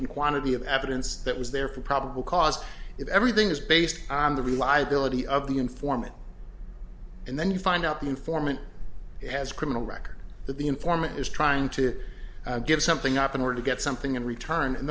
and quantity of evidence that was there for probable cause if everything is based on the reliability of the informant and then you find out the informant has a criminal record that the informant is trying to give something up in order to get something in return and